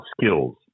skills